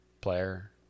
player